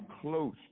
close